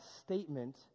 statement